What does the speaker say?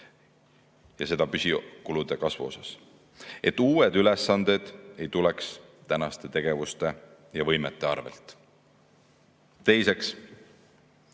ja seda püsikulude kasvu kohta, et uued ülesanded ei tuleks tänaste tegevuste ja võimete arvel. Teiseks,